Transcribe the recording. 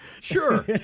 Sure